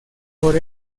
por